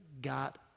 got